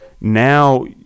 now